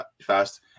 fast